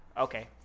okay